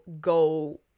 go